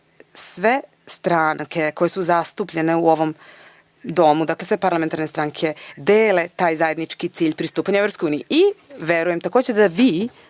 sve stanke koje su zastupljene u ovom domu, dakle sve parlamentarne stranke, dele taj zajednički cilj pristupanja Evropskoj uniji. Verujem takođe da vi